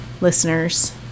listeners